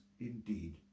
indeed